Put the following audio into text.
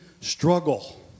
struggle